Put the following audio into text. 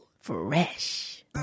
Fresh